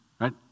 right